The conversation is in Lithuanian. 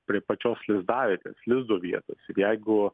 prie pačios lizdavietės lizdo vietos ir jeigu